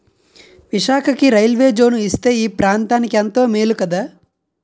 విశాఖకి railway zone ఇస్తే ఈ ప్రాంతనికెంతో మేలు కదా